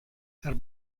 der